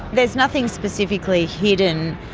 there's nothing specifically hidden,